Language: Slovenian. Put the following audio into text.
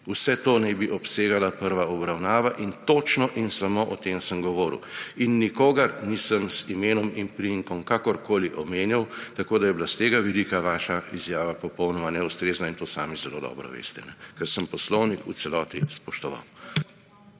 vse to naj bi obsegala prva obravnava in točno in samo o tem sem govoril. In nikogar nisem z imenom in priimkom kakorkoli omenjal, tako da je bilo s tega vidika vaša izjava popolnoma neustrezna in to sami zelo dobro veste, ker sem poslovnik v celoti spoštoval.